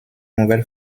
nouvelle